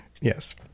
yes